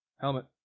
Helmet